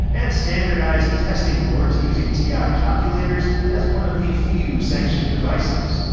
and standardized testing boards using ti calculators as one of the few sanctioned devices.